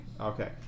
Okay